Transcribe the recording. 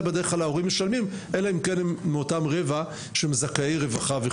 ההורים משלמים אלא אם כן הם מאותם רבע שהם זכאי רווחה.